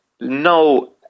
no